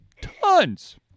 tons